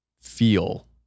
feel